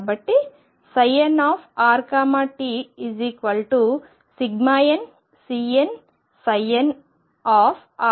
కాబట్టి ψnrt nCnnre iEnt